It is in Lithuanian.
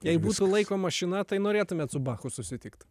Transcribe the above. jei būtų laiko mašina tai norėtumėt su bachu susitikt